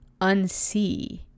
unsee